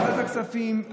ועדת הכספים,